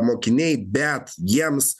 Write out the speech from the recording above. mokiniai bet jiems